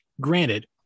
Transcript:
granted